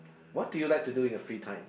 what do you like to do in your free time